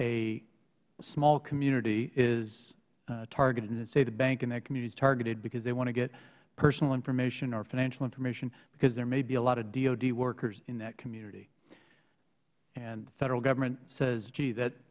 a small community is targeted say the bank in that community is targeted because they want to get personal information or financial information because there may be a lot of dod workers in that community the federal government says gee that